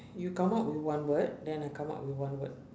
you come up with one word then I come up with one word